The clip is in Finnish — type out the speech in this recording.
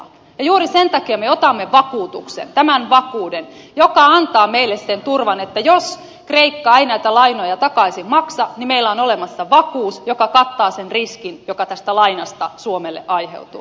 ja juuri sen takia me otamme vakuutuksen tämän vakuuden joka antaa meille sen turvan että jos kreikka ei näitä lainoja takaisin maksa niin meillä on olemassa vakuus joka kattaa sen riskin joka tästä lainasta suomelle aiheutuu